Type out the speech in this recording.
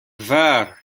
kvar